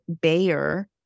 Bayer